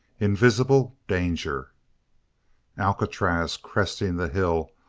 invisible danger alcatraz, cresting the hill,